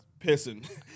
pissing